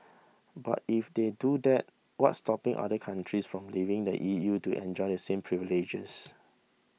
but if they do that what's stopping other countries from leaving the EU to enjoy the same privileges